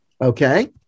Okay